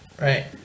Right